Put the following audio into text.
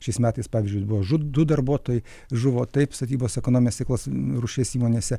šiais metais pavyzdžiui buvo žūt du darbuotojai žuvo taip statybos ekonominės veiklos rūšies įmonėse